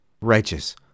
Righteous